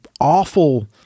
awful